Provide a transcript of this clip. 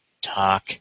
talk